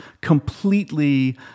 completely